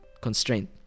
constraint